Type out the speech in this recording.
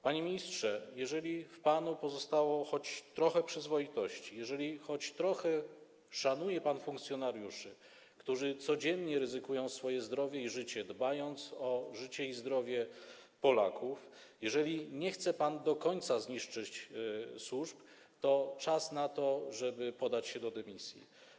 Panie ministrze, jeżeli w panu pozostało choć trochę przyzwoitości, jeżeli choć trochę szanuje pan funkcjonariuszy, którzy codziennie ryzykują swoje zdrowie i życie, dbając o życie i zdrowie Polaków, jeżeli nie chce pan do końca zniszczyć służb, to czas na to, żeby podać się do dymisji.